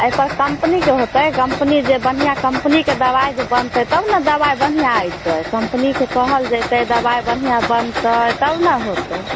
एहिपर कम्पनी के होतइ कम्पनी जे बन्हिआँ कम्पनी के दबाइ जे बनतै तब ने दबाइ बढ़िआँ अयतै कम्पनी के कहल जेतै दबाइ बढ़िऑं बनतै तब ने होतइ